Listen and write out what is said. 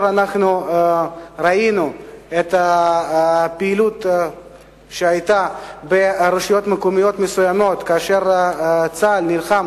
ראינו גם את הפעילות שהיתה ברשויות מקומיות מסוימות כאשר צה"ל נלחם